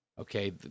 Okay